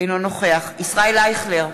אינו נוכח ישראל אייכלר,